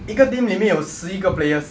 一个 team 里面有十一个 players